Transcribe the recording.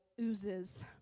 oozes